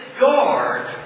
guard